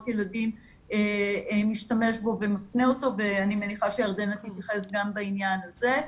ילדים משתמש בו ומפנה אותו ואני מניחה שירדנה תתייחס גם בעניין הזה.